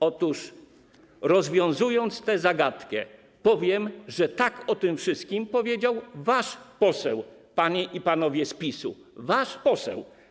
Otóż, rozwiązując tę zagadkę, powiem, że tak o tym wszystkim powiedział wasz poseł, panie i panowie z PiS, wasz poseł.